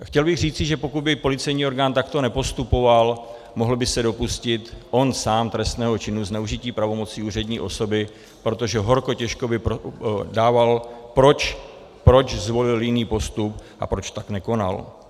Chtěl bych říci, že pokud by policejní orgán takto nepostupoval, mohl by se dopustit on sám trestného činu zneužití pravomoci úřední osoby, protože horko těžko by dával, proč zvolil jiný postup a proč tak nekonal.